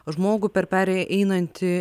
žmogų per perėją einantį